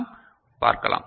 நாம் பார்க்கலாம்